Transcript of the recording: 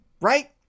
right